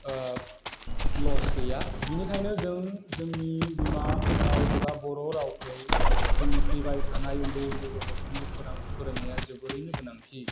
लस गैया बिनिखायनो जों जोंनि बिमा राव एबा बर' रावखौ जोंनि फैबाय थानाय उन्दै उन्दै गथ'फोरनो फोरोंनाया जोबोरैनो गोनांथि